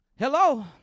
Hello